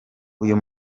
uyu